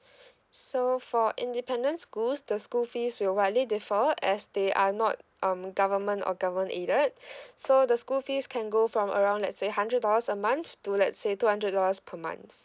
so for independent schools the school fees will widely differ as they are not um government or government aided so the school fees can go from around let's say hundred dollars a month to let's say two hundred dollars per month